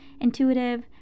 intuitive